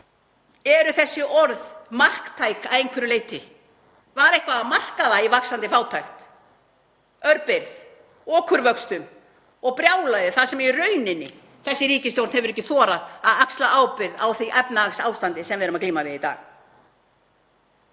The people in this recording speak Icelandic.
Eru þessi orð marktæk að einhverju leyti? Var eitthvað að marka það í vaxandi fátækt, örbirgð, okurvöxtum og brjálæði þar sem í rauninni þessi ríkisstjórn hefur ekki þorað að axla ábyrgð á því efnahagsástandi sem við erum að glíma við í dag?